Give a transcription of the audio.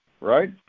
right